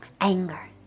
anger